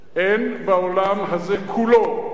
אין בעולם הזה כולו,